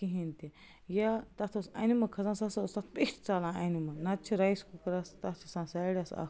کِہیٖنۍ تہِ یا تَتھ اوس اَنمہٕ کھسان سُہ سا اوس تَتھ پٮ۪ٹھ ژلان اَنمہٕ نَہ تہٕ چھِ رایس کُکرس تَتھ چھِ آسان سایڈس اکھ